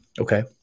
Okay